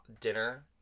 dinner